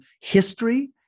history